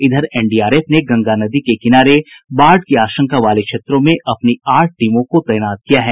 इधर एनडीआरएफ ने गंगा नदी के किनारे बाढ़ की आशंका वाले क्षेत्रों में अपनी आठ टीमों को तैनात किया है